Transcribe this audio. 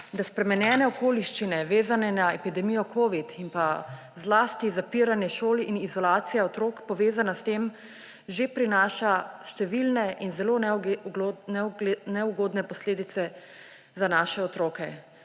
da spremenjene okoliščine, vezane na epidemijo covid in pa zlasti zapiranje šol in izolacija otrok, povezana s tem, že prinaša številne in zelo neugodne posledice za naše otroke.